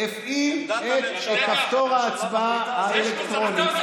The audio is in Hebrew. הפעיל את כפתור ההצבעה האלקטרונית,